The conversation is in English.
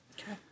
Okay